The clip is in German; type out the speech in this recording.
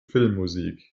filmmusik